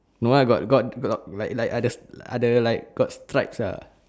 no uh got got got like like others like other like got stripes uh